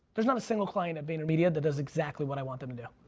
there's not a single client at vayner media that does exactly what i want them to do,